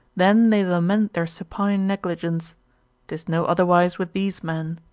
then they lament their supine negligence tis no otherwise with these men.